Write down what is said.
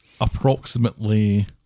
approximately